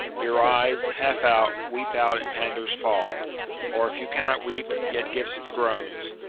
your eyes, half out, weep out at pandar's fall or, if you cannot weep, yet give some groans,